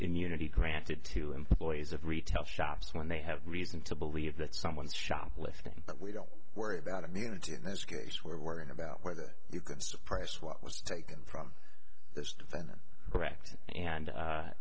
immunity granted to employees of retail shops when they have reason to believe that someone is shoplifting but we don't worry about immunity in this case we're worrying about whether you can suppress what was taken from there's been a correction and